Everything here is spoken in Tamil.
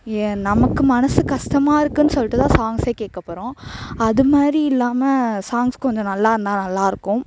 ஏன் நமக்கு மனது கஷ்டமா இருக்குதுன்னு சொல்லிட்டுதான் சாங்ஸே கேட்க போகிறோம் அதுமாதிரி இல்லாமல் சாங்ஸ் கொஞ்சம் நல்லா இருந்தால் நல்லா இருக்கும்